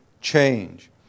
change